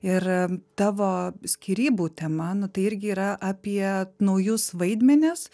ir tavo skyrybų tema nu tai irgi yra apie naujus vaidmenis